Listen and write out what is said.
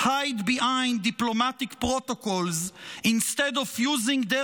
hide behind diplomatic protocols instead of using their